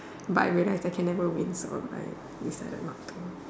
but I realize that I can never win so I decided not to